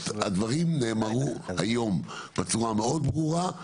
הדברים נאמרו היום בצורה מאוד ברורה,